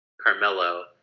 Carmelo